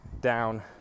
down